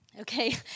Okay